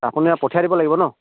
আপুনি পঠিয়াই দিব লাগিব নহ্